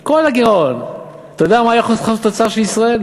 כל הגירעון, אתה יודע מה היחס חוב תוצר של ישראל,